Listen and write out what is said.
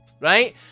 right